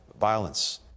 violence